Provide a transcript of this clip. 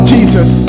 Jesus